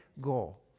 goal